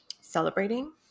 celebrating